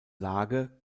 lage